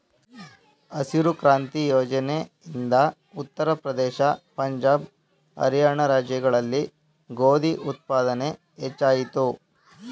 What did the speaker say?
ಹಸಿರು ಕ್ರಾಂತಿ ಯೋಜನೆ ಇಂದ ಉತ್ತರ ಪ್ರದೇಶ, ಪಂಜಾಬ್, ಹರಿಯಾಣ ರಾಜ್ಯಗಳಲ್ಲಿ ಗೋಧಿ ಉತ್ಪಾದನೆ ಹೆಚ್ಚಾಯಿತು